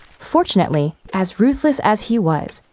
fortunately, as ruthless as he was,